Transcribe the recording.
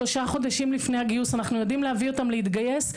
שלושה חודשים לפני הגיוס אנחנו יודעים להביא אותם להתגייס.